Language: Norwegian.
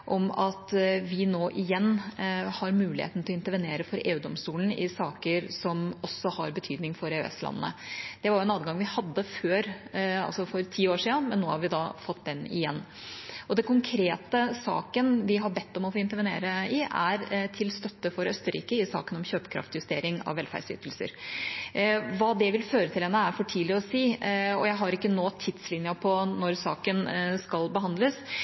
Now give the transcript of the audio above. om at vi nå igjen har muligheten til å intervenere for EU-domstolen i saker som også har betydning for EØS-landene. Det er en adgang vi hadde før, for ti år siden, og nå har vi fått den igjen. Den konkrete saken vi har bedt om å få intervenere i, er saken om kjøpekraftjustering av velferdsytelser – til støtte for Østerrike. Hva det vil føre til, er ennå for tidlig å si. Jeg har ikke nå tidslinja for når saken skal behandles,